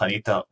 חניתה ומצובה,